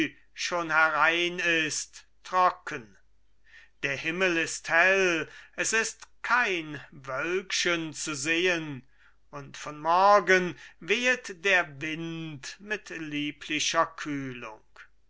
schon herein ist trocken der himmel ist hell es ist kein wölkchen zu sehen und von morgen wehet der wind mit lieblicher kühlung